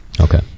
Okay